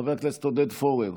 חבר הכנסת עודד פורר,